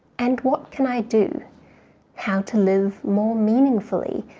and what can i do how to live more meaningfully?